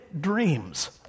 dreams